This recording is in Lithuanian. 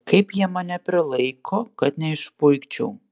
kaip jie mane prilaiko kad neišpuikčiau